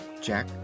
Jack